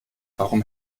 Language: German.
warum